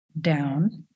down